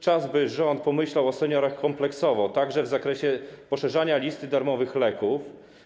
Czas, by rząd pomyślał o seniorach kompleksowo, także w zakresie poszerzania listy darmowych leków.